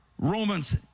Romans